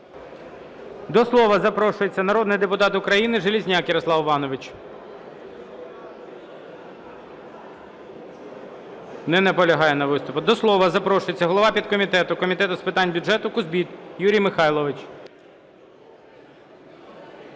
До слова запрошується народний депутат України Железняк Ярослав Іванович. Не наполягає на виступі. До слова запрошується голова підкомітету Комітету з питань бюджету Кузбит Юрій Михайлович.